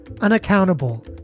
unaccountable